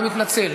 אני מתנצל,